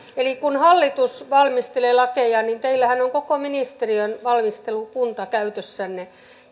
kun hallitus valmistelee lakeja niin teillähän on koko ministeriön valmistelukunta käytössänne